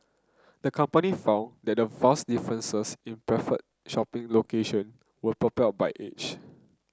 the company found that the vast differences in preferred shopping location was propelled by age